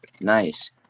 Nice